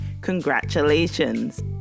Congratulations